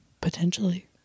Potentially